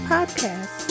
Podcast